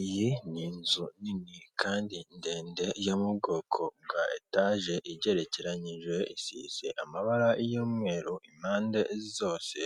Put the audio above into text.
Iyi ni inzu nini kandi ndende yo mu bwoko bwa etaje igerekeranyije isize amabara y'umweru impande zose,